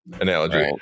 analogy